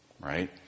right